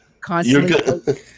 constantly